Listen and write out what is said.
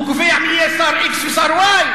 הוא קובע מי יהיה שר x ושר y?